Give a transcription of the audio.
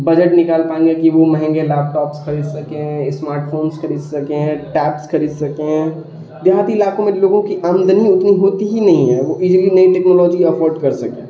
budget نکال پائیں گے کہ وہ مہنگے لیپٹاپس خرید سکیں ہیں اسمارٹ فونس خرید سکیں ٹیبس خرید سکیں ہیں دیہاتی علاقوں میں لوگوں کی آمدنی اتنی ہوتی ہی نہیں ہے وہ ایزلی نئی ٹیکنالوجی افورڈ کر سکیں